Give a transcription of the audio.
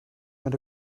met